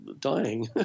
dying